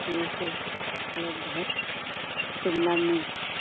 यह सब उपलब्ध है शिमला मिर्च